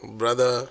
brother